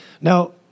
Now